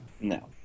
No